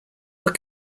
were